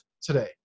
today